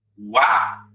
Wow